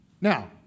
Now